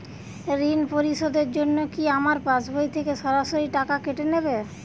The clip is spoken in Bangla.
ঋণ পরিশোধের জন্য কি আমার পাশবই থেকে সরাসরি টাকা কেটে নেবে?